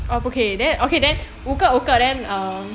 um 不可以 okay then 五个五个 then err